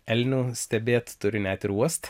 elnių stebėt turi net ir uost